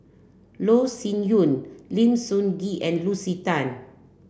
Loh Sin Yun Lim Sun Gee and Lucy Tan